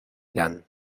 irán